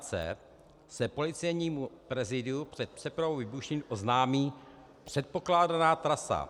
c) se Policejnímu prezídiu před přepravou výbušnin oznámí předpokládaná trasa.